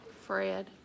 Fred